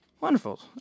Wonderful